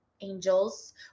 angels